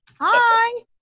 Hi